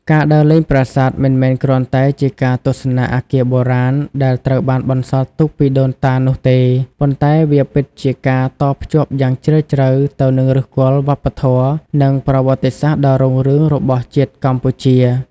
ការដើរលេងប្រាសាទមិនមែនគ្រាន់តែជាការទស្សនាអគារបុរាណដែលត្រូវបានបន្សល់ទុកពីដូនតានោះទេ ប៉ុន្តែវាពិតជាការតភ្ជាប់យ៉ាងជ្រាលជ្រៅទៅនឹងឫសគល់វប្បធម៌និងប្រវត្តិសាស្ត្រដ៏រុងរឿងរបស់ជាតិកម្ពុជា។